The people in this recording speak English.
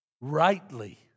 rightly